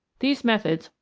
these methods,